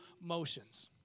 motions